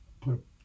put